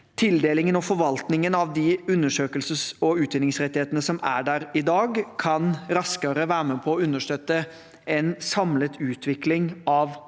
tildelingen og forvaltningen av de undersøkelses- og utvinningsrettighetene som er der i dag, raskere kan være med på å understøtte en samlet utvikling av området,